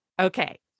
Okay